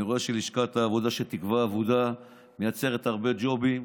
אני רואה שלשכת העבודה של תקווה אבודה מייצרת הרבה ג'ובים,